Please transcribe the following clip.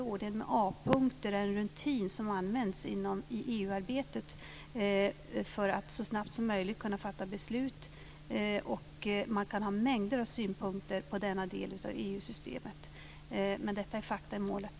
Ordningen med A-punkter är en rutin som används i EU-arbetet för att så snabbt som möjligt kunna fatta beslut. Man kan ha mängder av synpunkter på denna del av EU systemet, men detta är fakta i målet.